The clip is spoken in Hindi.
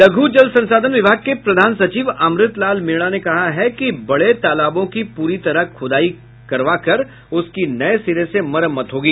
लघु जल संसाधन विभाग के प्रधान सचिव अमृत लाल मीणा ने कहा है कि बड़े तालाबों की पूरी तरह खूदाई करवाकर उसकी नये सिरे से मरम्मत होगी